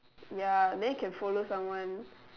ya then you can follow someone